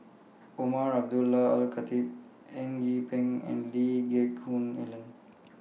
Umar Abdullah Al Khatib Eng Yee Peng and Lee Geck Hoon Ellen